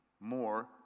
more